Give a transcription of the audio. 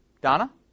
Donna